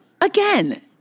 again